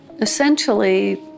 Essentially